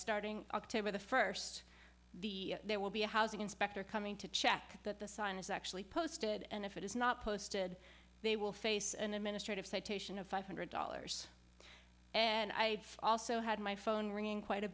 starting october the first the there will be a housing inspector coming to check that the sign is actually posted and if it is not posted they will face an administrative citation of five hundred dollars and i also had my phone ringing quite a